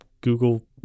Google